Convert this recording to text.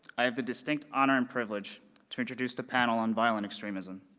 i have the distinct honor and privilege to introduce the panel on violent extremism.